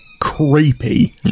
creepy